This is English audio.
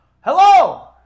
Hello